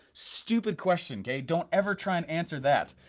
stupid question, kay, don't ever try and answer that.